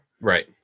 Right